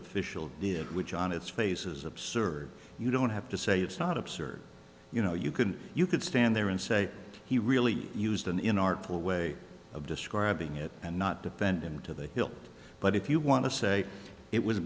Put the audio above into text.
official did which on its face is absurd you don't have to say it's not absurd you know you can you could stand there and say he really used them in artful way of describing it and not defend him to the hilt but if you want to say it was